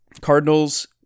Cardinals